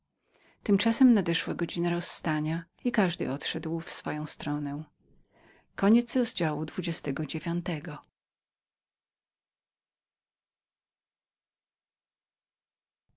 tymczasem nadeszła godzina rozstania i każdy odszedł w swoją stronę